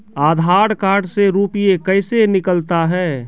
आधार कार्ड से रुपये कैसे निकलता हैं?